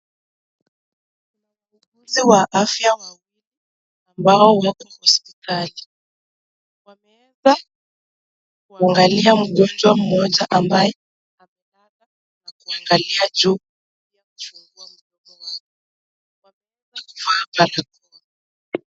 Kuna muuguzi wa afya wawili ambao wako hospitali, wameeza kuangalia mgonjwa mmoja ambaye amelala na kuangalia juu, pia kufungua mdomo wake. Wameweza kuvaa barakoa.